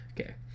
Okay